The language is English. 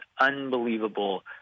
unbelievable